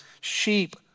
Sheep